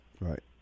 Right